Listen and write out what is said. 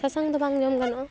ᱥᱟᱥᱟᱝ ᱫᱚ ᱵᱟᱝ ᱡᱚᱢ ᱜᱟᱱᱚᱜᱼᱟ